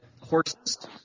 horses